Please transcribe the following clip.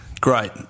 great